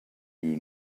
you